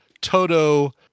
Toto